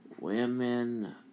women